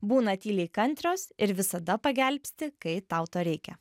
būna tyliai kantrios ir visada pagelbsti kai tau to reikia